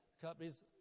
companies